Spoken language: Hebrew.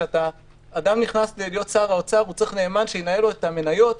שכאשר אדם נכנס להיות שר האוצר הוא צריך נאמן שינהל לו את המניות,